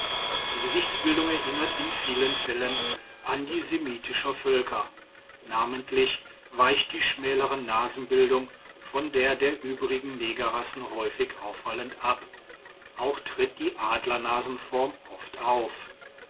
die gesichtsbildung erinnert in vielen fällen an die semitischer völker namentlich weicht die schmälere nasenbildung von der der übrigen negerrassen häufig auffallend ab auch tritt die adlernasenform oft auf